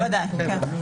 בוודאי,